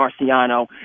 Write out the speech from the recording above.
Marciano